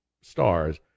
stars